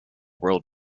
world